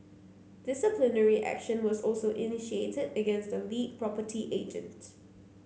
disciplinary action was also initiated against the lead property agent